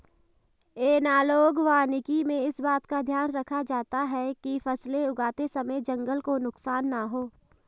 analogue वानिकी में इस बात का ध्यान रखा जाता है कि फसलें उगाते समय जंगल को नुकसान ना हो